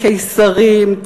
קיסרים,